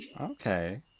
Okay